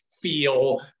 feel